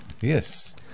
Yes